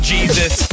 Jesus